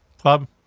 club